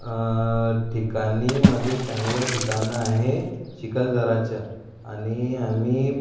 ठिकाणीमध्ये चांगलं ठिकाण आहे चिखलदराच्या आणि आम्ही